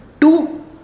Two